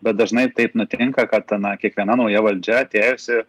bet dažnai taip nutinka kad na kiekviena nauja valdžia atėjusi